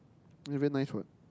ya very nice what